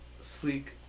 sleek